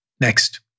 Next